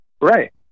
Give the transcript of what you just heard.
right